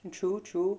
mm true true